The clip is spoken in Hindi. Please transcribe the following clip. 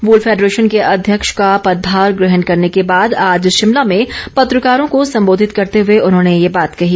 वूल फैंडरेशन के अध्यक्ष का पदभार ग्रहण करने के बाद आज शिमला में पत्रकारों को संबोधित करते हुए उन्होंने ये बात कही